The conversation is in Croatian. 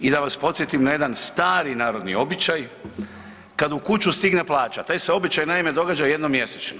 I da vas podsjetim na jedan stari narodni običaj, kada u kuću stigne plaća taj se običaj naime događa jednom mjesečno.